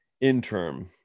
interim